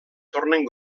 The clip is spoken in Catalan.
tornen